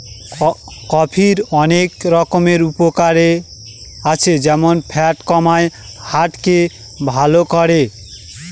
কফির অনেক রকমের উপকারে আছে যেমন ফ্যাট কমায়, হার্ট কে ভালো করে